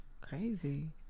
crazy